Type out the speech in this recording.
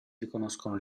riconoscono